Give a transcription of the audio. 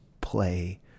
play